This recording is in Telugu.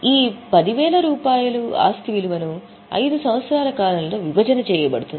ఈ 10000 రూపాయలు ఆస్తి విలువను 5 సంవత్సరాల కాలంలో విభజన చేయబడుతుంది